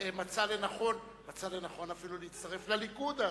מצא לנכון אפילו להצטרף לליכוד אז,